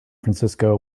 francisco